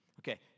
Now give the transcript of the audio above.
Okay